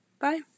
Bye